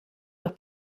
los